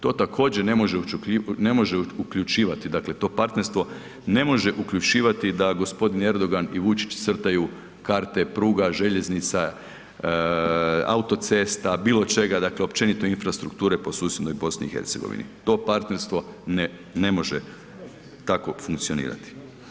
To također ne može uključivati, dakle to partnerstvo ne može uključivati da g. Erdogan i Vučić crtaju karte pruga, željeznica, autocesta, bilo čega, dakle općenito infrastrukture po susjednoj BiH, to partnerstvo ne može tako funkcionirati.